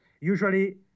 Usually